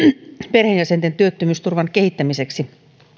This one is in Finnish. perheenjäsenten työttömyysturvan kehittämiseksi